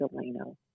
Delano